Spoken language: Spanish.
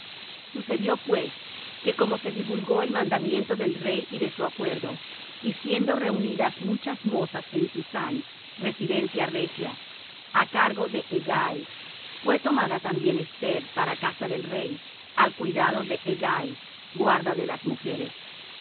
sucedió pues que como se divulgó el mandamiento del rey y su acuerdo y siendo reunidas muchas mozas en susán residencia regia á cargo de hegai fué tomada también esther para casa del rey al cuidado de hegai guarda de las mujeres